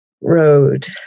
road